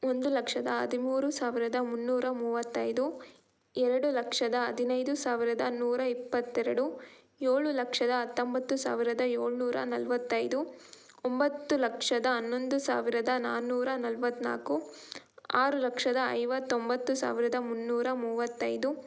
ಒಂದು ಲಕ್ಷದ ಹದಿಮೂರು ಸಾವಿರದ ಮುನ್ನೂರ ಮೂವತ್ತೈದು ಎರಡು ಲಕ್ಷದ ಹದಿನೈದು ಸಾವಿರದ ನೂರ ಇಪ್ಪತ್ತೆರಡು ಏಳು ಲಕ್ಷದ ಹತ್ತೊಂಬತ್ತು ಸಾವಿರದ ಏಳ್ನೂರ ನಲ್ವತ್ತೈದು ಒಂಬತ್ತು ಲಕ್ಷದ ಹನ್ನೊಂದು ಸಾವಿರದ ನಾನ್ನೂರ ನಲವತ್ತ್ನಾಲ್ಕು ಆರು ಲಕ್ಷದ ಐವತ್ತೊಂಬತ್ತು ಸಾವಿರದ ಮುನ್ನೂರ ಮೂವತ್ತೈದು